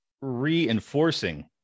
reinforcing